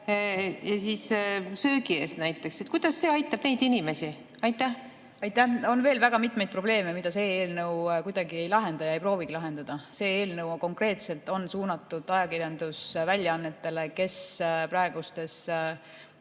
ja näiteks söögi eest. Kuidas see aitab neid inimesi? Aitäh! On veel väga mitmeid probleeme, mida see eelnõu kuidagi ei lahenda ja ei proovigi lahendada. See eelnõu konkreetselt on suunatud ajakirjandusväljaannetele, kes praegustes